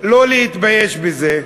לא להתבייש בזה,